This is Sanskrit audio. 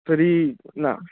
तर्हि न